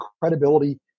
credibility